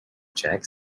jack